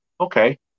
okay